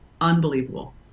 Unbelievable